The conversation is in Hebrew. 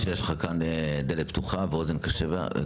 אתה כבר הבנת שיש לך כאן דלת פתוחה ואוזן קשבת,